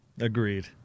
Agreed